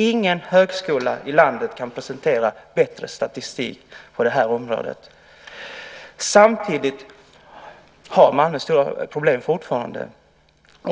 Ingen högskola i landet kan presentera bättre statistik på det området. Samtidigt har Malmö fortfarande stora problem.